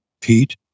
Pete